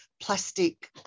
plastic